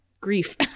grief